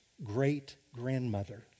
great-grandmother